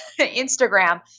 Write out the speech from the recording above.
Instagram